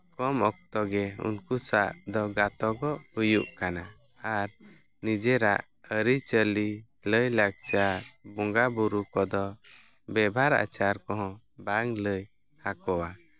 ᱠᱚᱢ ᱚᱠᱛᱚ ᱜᱮ ᱩᱱᱠᱩ ᱥᱟᱶ ᱫᱚ ᱜᱟᱛᱚᱠᱚᱜ ᱦᱩᱭᱩᱜ ᱠᱟᱱᱟ ᱟᱨ ᱱᱤᱡᱮᱨᱟᱜ ᱟᱹᱨᱤᱼᱪᱟᱹᱞᱤ ᱞᱟᱹᱭᱼᱞᱟᱠᱪᱟᱨ ᱵᱚᱸᱜᱟᱼᱵᱳᱨᱳ ᱠᱚᱫᱚ ᱵᱮᱵᱷᱟᱨ ᱟᱪᱟᱨ ᱠᱚ ᱦᱚᱸ ᱵᱟᱝ ᱞᱟᱹᱭ ᱟᱠᱚᱣᱟ